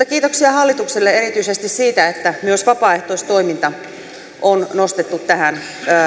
kiitoksia hallitukselle erityisesti siitä että myös vapaaehtoistoiminta on nostettu tähän